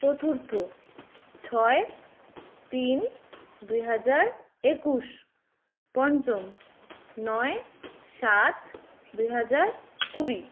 চতুর্থ ছয় তিন দুই হাজার একুশ পঞ্চম নয় সাত দুই হাজার কুড়ি